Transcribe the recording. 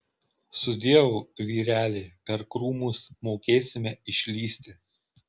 sudieu vyreliai per krūmus mokėsime išlįsti